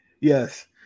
Yes